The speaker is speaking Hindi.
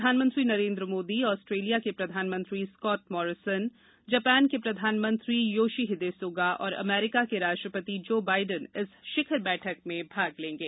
प्रधानमंत्री नरेन्द्र मोदी ऑस्ट्रेलिया के प्रधानमंत्री स्कॉट मॉरिसन जापान के प्रधानमंत्री योशीहिदे सुगा और अमरीका के राष्ट्रपति जो बाइडेन इस शिखर बैठक में हिस्सा लेंगे